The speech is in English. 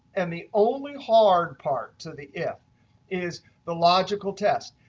and the only hard part to the if is the logical test.